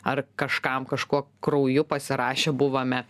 ar kažkam kažkuo krauju pasirašę buvome